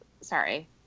sorry